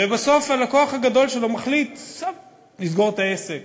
ובסוף הלקוח הגדול שלו מחליט לסגור את העסק,